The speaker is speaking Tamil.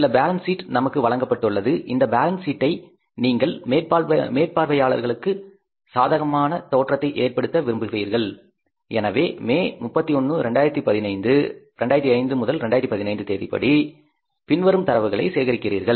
சில பேலன்ஸ் சீட் நமக்கு வழங்கப்பட்டுள்ளது இந்த பேலன்ஸ் சீட்டை நீங்கள் மேற்பார்வையாளர்களுக்கு சாதகமான தோற்றத்தை ஏற்படுத்த விரும்புகிறீர்கள் எனவே மே 31 2005 15 தேதியின்படி பின்வரும் தரவுகளை சேகரிக்கிறீர்கள்